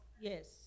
yes